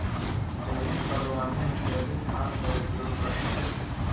जैविक बागवानी में जैविक खाद कअ उपयोग कइल जाला